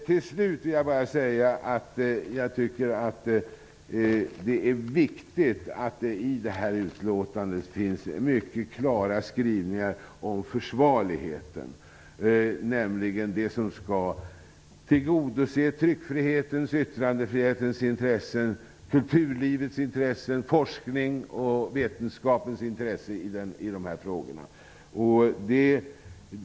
Till slut vill jag bara säga att jag tycker att det är viktigt att det i detta utlåtande finns mycket klara skrivningar om försvarligheten, nämligen det som skall tillgodose tryckfrihetens, yttrandefrihetens, kulturlivets, forskningens och vetenskapens intressen i dessa frågor.